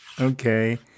Okay